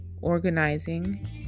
organizing